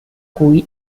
cui